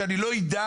שאני לא אדע,